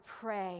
pray